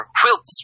Quilts